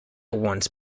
once